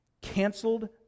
canceled